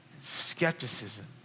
skepticism